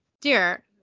dear